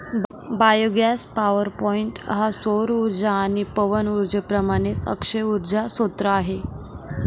biogas power point हा सौर उर्जा आणि पवन उर्जेप्रमाणेच अक्षय उर्जा स्त्रोत आहे